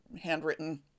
handwritten